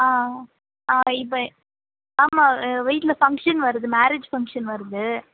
on இப்போ ஆமாம் எங்கள் வீட்டில் ஃபங்ஷன் வருது மேரேஜ் ஃபங்ஷன் வருது